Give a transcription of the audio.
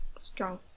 strong